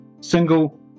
single